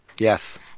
Yes